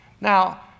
Now